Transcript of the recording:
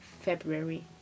february